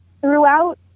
Throughout